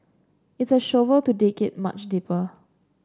it's a shovel to dig it much deeper